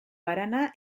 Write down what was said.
harana